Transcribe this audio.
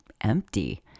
empty